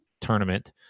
tournament